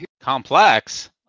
Complex